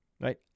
right